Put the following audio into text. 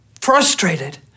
frustrated